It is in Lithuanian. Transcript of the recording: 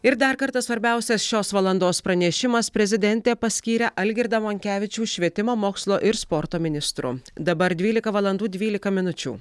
ir dar kartą svarbiausias šios valandos pranešimas prezidentė paskyrė algirdą monkevičių švietimo mokslo ir sporto ministru dabar dvylika valandų dvylika minučių